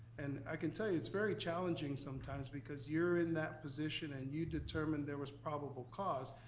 and i can tell you, it's very challenging sometimes, because you're in that position and you determine there was probable cause,